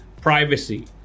privacy